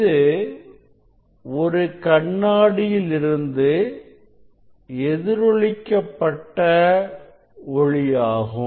இது ஒரு கண்ணாடியில் இருந்து எதிரொலிக்க பட்ட ஒளியாகும்